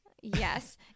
Yes